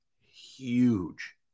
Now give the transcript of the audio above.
huge